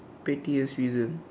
pettiest reason